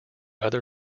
other